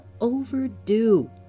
overdue